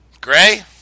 Gray